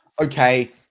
okay